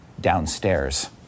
downstairs